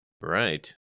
Right